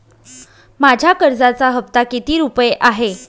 माझ्या कर्जाचा हफ्ता किती रुपये आहे?